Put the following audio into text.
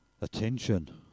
Attention